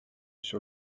sur